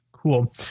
Cool